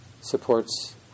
supports